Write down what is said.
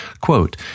Quote